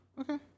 Okay